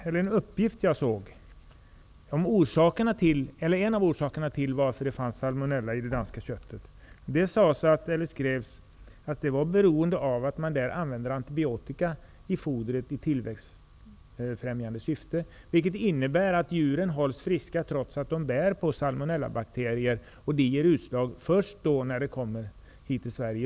Enligt uppgifter som jag har tagit del av är en av orsakerna till att det finns salmonella i det danska köttet att man i Danmark använder antibiotika i djurfodret i tillväxtbefrämjande syfte. Detta innebär att djuren hålls friska trots att de bär på salmonellabakterier, och detta ger utslag först när köttet kommer till konsumenten.